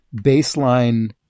baseline